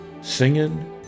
singing